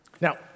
Now